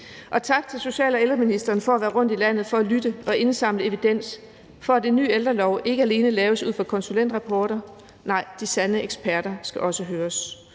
Tak til social- og ældreministeren for at tage rundt i landet og lytte og indsamle evidens og for at sørge for, at en ny ældrelov ikke alene laves ud fra konsulentrapporter; de sande eksperter skal også høres.